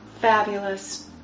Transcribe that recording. Fabulous